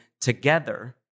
together